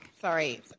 Sorry